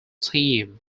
team